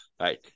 Right